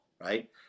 right